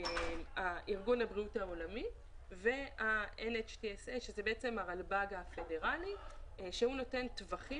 ארגון הבריאות העולמי וה-NHTSA שזה הרלב"ד הפדרלי שהוא נותן טווחים